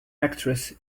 actress